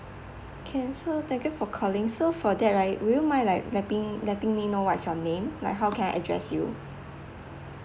can so thank you for calling so for that right would you mind like letting letting me know what's your name like how can I address you